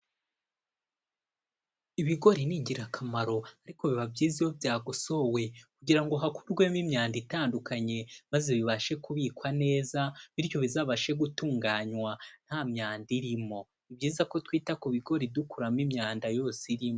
Ibigori ni ingirakamaro ariko biba byiza iyo byagosowe kugira ngo hakurwemo imyanda itandukanye maze bibashe kubikwa neza, bityo bizabashe gutunganywa nta myanda irimo, ni byiza ko twita ku bigori dukuramo imyanda yose irimo.